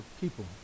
people